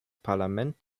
parlament